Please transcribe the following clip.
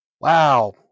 wow